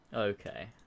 Okay